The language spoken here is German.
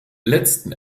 letzten